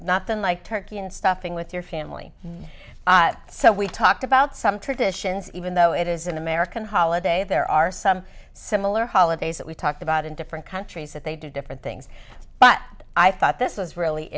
nothing like turkey and stuffing with your family so we talked about some traditions even though it is an american holiday there are some similar holidays that we talked about in different countries that they do different things but i thought this was really